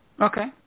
Okay